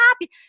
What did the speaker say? happy